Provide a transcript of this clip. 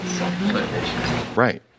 Right